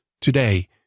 today